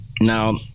Now